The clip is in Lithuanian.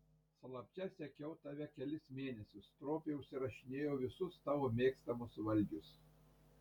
slapčia sekiau tave kelis mėnesius stropiai užsirašinėjau visus tavo mėgstamus valgius